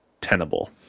tenable